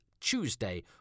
Tuesday